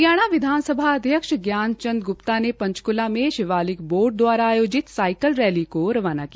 हरियाणा विधानसभा अध्यक्ष ज्ञान चंद ग्र्प्ता ने पंचकूला में शिवालिक बोर्ड द्वारा आयोजित साइकिल रैली को रवाना किया